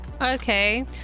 Okay